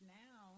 now